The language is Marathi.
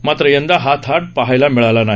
मात्र यंदा हा थाट पहायला मिळाला नाही